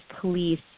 Police